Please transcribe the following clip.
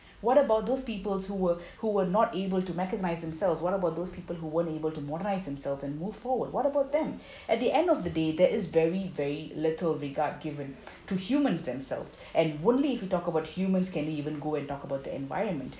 what about those peoples who were who were not able to mechanise themselves what about those people who weren't able to modernise themselves and move forward what about them at the end of the day that is very very little regard given to humans themselves and only if you talk about humans can we even go and talk about the environment